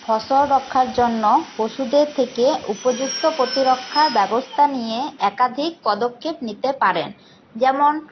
ফসল রক্ষার জন্য পশুদের থেকে উপযুক্ত প্রতিরক্ষার ব্যবস্থা নিয়ে একাধিক পদক্ষেপ নিতে পারেন যেমন